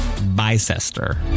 Bicester